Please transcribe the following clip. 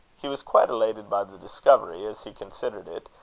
he was quite elated by the discovery, as he considered it,